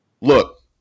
Look